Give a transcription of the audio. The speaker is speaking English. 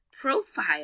profile